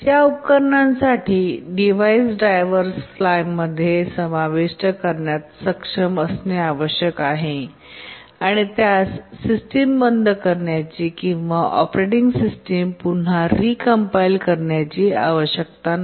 या उपकरणांसाठी device drivers फ्लायमध्ये समाविष्ट करण्यात सक्षम असणे आवश्यक आहे आणि त्यांना सिस्टम बंद करण्याची किंवा ऑपरेटिंग सिस्टम पुन्हा री कंपाईल करण्याची आवश्यकता नाही